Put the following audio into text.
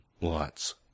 lots